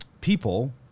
people